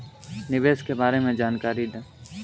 निवेश के बारे में जानकारी दें?